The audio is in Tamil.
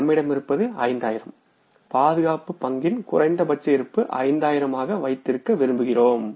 நம்மிடம் இருப்பது 5000 பாதுகாப்புப் பங்கின் குறைந்தபட்ச இருப்பு 5000 ஆக வைத்திருக்க விரும்புகிறோம்